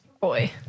Boy